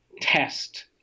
test